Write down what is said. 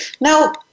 Now